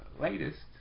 latest